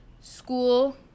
school